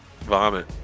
vomit